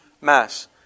Mass